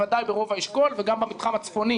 בוודאי ברוב האשכול וגם במתחם הצפוני